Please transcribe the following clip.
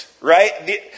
Right